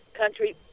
country